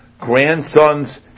grandson's